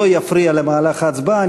לא יפריע למהלך ההצבעה,